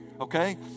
okay